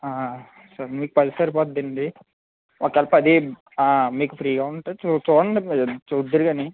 sir మీకు పది సరిపోతుందండి ఒకవేళ పది మీకు ఫ్రీగా ఉంటే చూ చూడండి చూద్దురుగాని